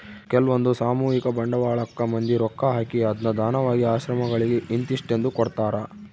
ಕೆಲ್ವಂದು ಸಾಮೂಹಿಕ ಬಂಡವಾಳಕ್ಕ ಮಂದಿ ರೊಕ್ಕ ಹಾಕಿ ಅದ್ನ ದಾನವಾಗಿ ಆಶ್ರಮಗಳಿಗೆ ಇಂತಿಸ್ಟೆಂದು ಕೊಡ್ತರಾ